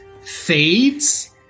fades